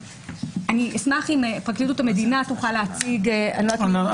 אני אשמח אם פרקליטות המדינה תוכל להציג את המדיניות,